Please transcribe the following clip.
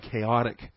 chaotic